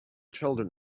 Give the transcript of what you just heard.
children